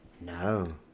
No